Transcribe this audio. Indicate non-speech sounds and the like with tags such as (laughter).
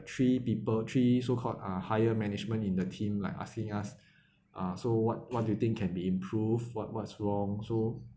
three people three so called are higher management in the team like asking us (breath) uh so what what do you think can be improve what what's wrong so